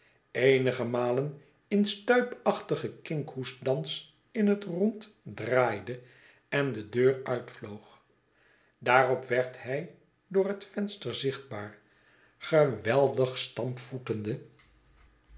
eenige malen in stuipachtigen kinkhoest dans in het rond draaide en de deur uitvloog daarop werd hij door het venster zichtbaar geweldig